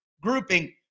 grouping